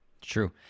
true